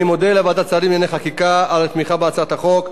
אני מודה לוועדת שרים לענייני חקיקה על התמיכה בהצעת החוק,